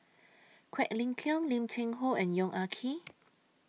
Quek Ling Kiong Lim Cheng Hoe and Yong Ah Kee